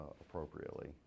appropriately